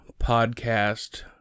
podcast